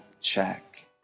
check